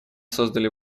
создали